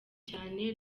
cyane